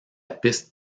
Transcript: piste